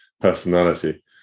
personality